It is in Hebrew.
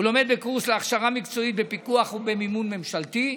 הוא לומד בקורס להכשרה מקצועית בפיקוח ובמימון ממשלתי,